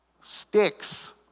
sticks